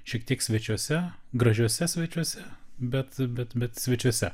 šiek tiek svečiuose gražiuose svečiuose bet bet bet svečiuose